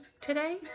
today